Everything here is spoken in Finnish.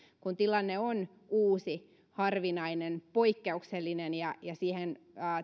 kun tilanne on uusi harvinainen poikkeuksellinen ja siihen